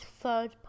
third